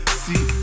see